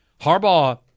Harbaugh